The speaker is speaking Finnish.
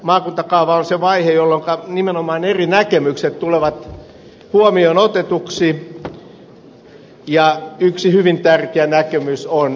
maakuntakaava on se vaihe jolloinka nimenomaan eri näkemykset tulevat huomioon otetuiksi ja yksi hyvin tärkeä näkemys on ympäristövaikuttavuus